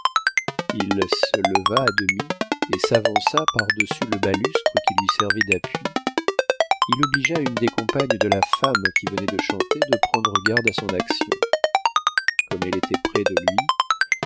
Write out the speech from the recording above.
il se leva à demi et s'avançant par-dessus le balustre qui lui servait d'appui il obligea une des compagnes de la femme qui venait de chanter de prendre garde à son action comme elle était près de lui